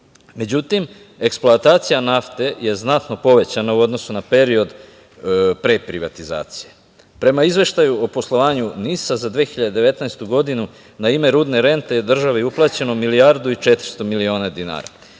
eksploatacija nafte je znatno povećana u odnosu na period pre privatizacije. Prema Izveštaju o poslovanju NIS za 2019. godinu, na ime rente državi je uplaćeno milijardu i 400 miliona dinara. Godinu